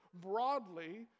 broadly